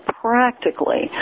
practically